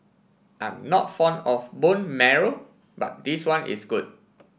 I'm not fond of bone marrow but this one is good